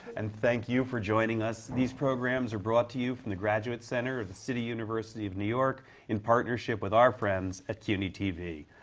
and thank you for joining us. these programs are brought to you from the graduate center of the city university of new york in partnership with our friends at cuny tv.